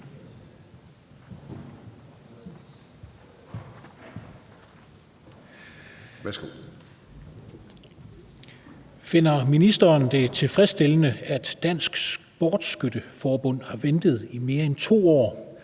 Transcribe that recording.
Finder ministeren det tilfredsstillende, at Dansk Sportsskytte Forbund har ventet i mere end to år